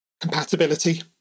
compatibility